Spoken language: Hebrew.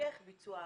המשך ביצוע העבירה,